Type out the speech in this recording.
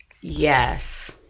Yes